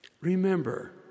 Remember